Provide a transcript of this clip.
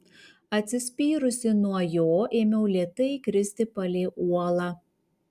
atsispyrusi nuo jo ėmiau lėtai kristi palei uolą